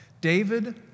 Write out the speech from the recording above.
David